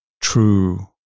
true